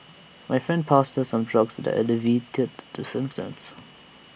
her friend passed her some drugs that alleviated the symptoms